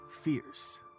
fierce